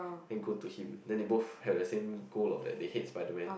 then go to him then they both have the same goal of that they hate Spider Man